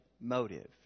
motive